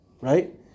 right